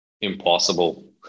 impossible